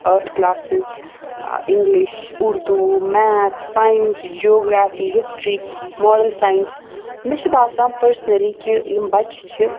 ٲٹھ کٔلاسِز ٲں English Urdu math science geography history model science مےٚ چھُ باسان پٔرسنٔلی کہِ یِم بَچہِ چھِ